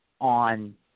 on